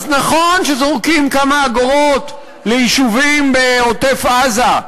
אז נכון שזורקים כמה אגורות ליישובים בעוטף-עזה,